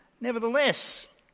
Nevertheless